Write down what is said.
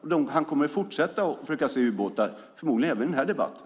Han kommer att fortsätta att se ubåtar, förmodligen även i den här debatten.